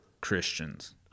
Christians